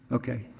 okay,